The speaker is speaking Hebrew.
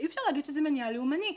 שאי-אפשר להגיד שזה מניע לאומני.